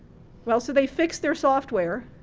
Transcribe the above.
well, so they fixed their software,